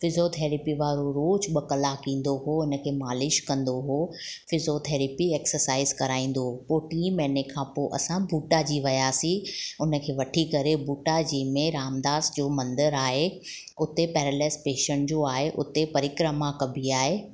physiotherapy वारो रोज ॿ कलाक ईंदो हुओ हुनखे मालिश कंदो हुओ फिज़ियोथैरेपी एक्सरसाइस कराईंदो हुओ पोइ टीं महिने खां पोइ असां बूटा जी वियासीं हुनखे वठी करे बूटा जी में रामदास जो मंदरु आहे उते पैरलाइस्ड पेशैंट जो आहे उते परिक्रमा कॿी आहे